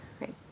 Right